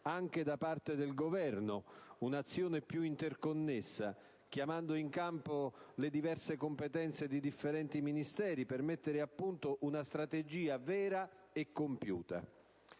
anche da parte del Governo un'azione più interconnessa, chiamando in campo le diverse competenze di differenti Ministeri per mettere a punto una strategia vera e compiuta.